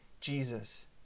Jesus